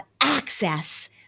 access